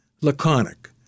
laconic